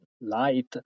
light